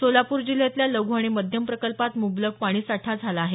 सोलापूर जिल्ह्यातल्या लघ् आणि मध्यम प्रकल्पात मुबलक पाणी साठा झाला आहे